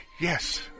Yes